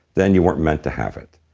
then you weren't meant to have it.